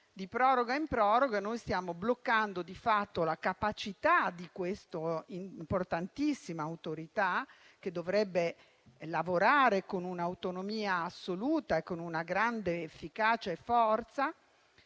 Di proroga in proroga noi stiamo bloccando di fatto la capacità di questa importantissima autorità che dovrebbe lavorare con un'autonomia assoluta e con una grande efficacia e forza